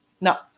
No